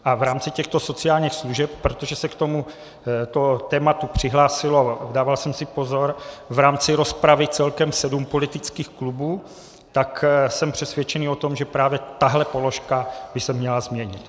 A v rámci těchto sociálních služeb, protože se k tomuto tématu přihlásilo dával jsem si pozor v rámci rozpravy celkem sedm politických klubů, tak jsem přesvědčený o tom, že právě tahle položka by se měla změnit.